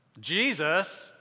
Jesus